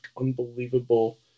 unbelievable